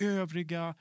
övriga